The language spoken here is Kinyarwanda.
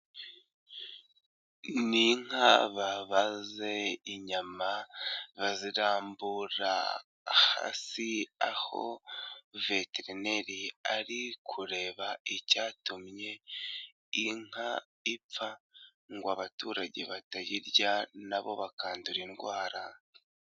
Ni inka babaze inyama, bazirambura hasi, aho Veterineri ari kureba icyatumye, inka ipfa, ngo abaturage batayirya nabo bakandura indwara.